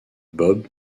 bob